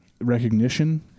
recognition